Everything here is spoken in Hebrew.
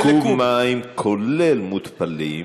אבל קוב מים, כולל מותפלים,